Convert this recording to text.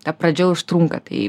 ta pradžia užtrunka tai